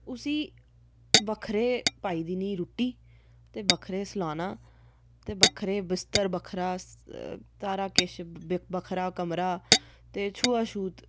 उसी बक्खरे पाई देनी रुट्टी ते बक्खरे सलाना ते बक्खरे बिस्तर बक्खरा सारा किश बक्खरा कमरा ते छुआछूत